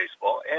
Baseball